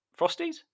frosties